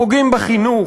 פוגעים בחינוך,